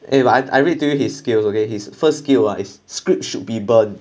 eh I I read to you his skills okay his first skill ah is script should be burned